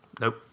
Nope